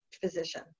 physician